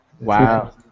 Wow